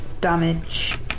damage